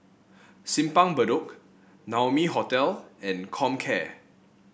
Simpang Bedok Naumi Hotel and Comcare